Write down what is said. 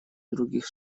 других